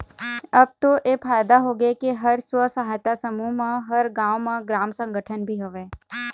अब तो ऐ फायदा होगे के हर स्व सहायता समूह म हर गाँव म ग्राम संगठन भी हवय